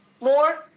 More